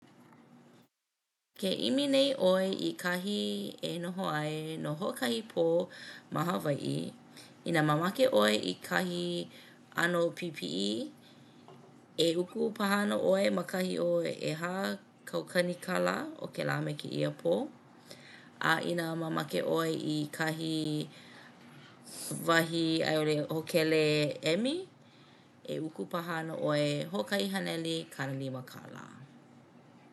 Ke ʻimi nei ʻoe i kahi e noho ai no hoʻokahi pō ma Hawaiʻi inā mamake ʻoe i kahi ʻano pipiʻi e uku paha ana ʻoe ma kahi o ʻehā kaukani kālā o kēlā me kēia pō. A inā mamake ʻoe i kahi wahi a i ʻole hōkele ʻemi e uku paha ana ʻoe hoʻokahi haneli kanalima kālā.